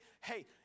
hey